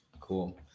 Cool